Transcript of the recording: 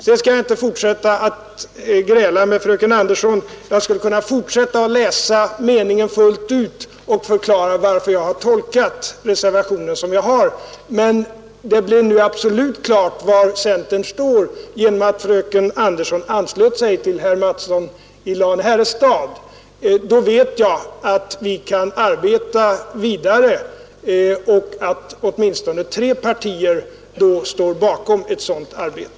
Jag skall inte fortsätta att gräla med fröken Andersson i Stockholm. Jag skulle kunna fortsätta att läsa meningen fullt ut och förklara varför jag har tolkat reservationen så som jag har gjort. Men det blev nu absolut klart var centern står genom att fröken Andersson anslöt sig till herr Mattsson i Lane-Herrestad. Då vet jag att vi kan arbeta vidare och att åtminstone tre partier står bakom ett sådant arbete.